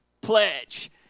pledge